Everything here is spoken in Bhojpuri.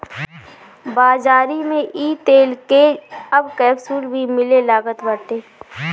बाज़ारी में इ तेल कअ अब कैप्सूल भी मिले लागल बाटे